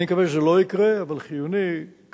אני מקווה שזה לא יקרה, אבל חיוני כאן